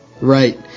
right